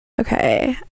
Okay